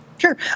Sure